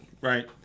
Right